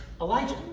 Elijah